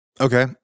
Okay